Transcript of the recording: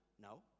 no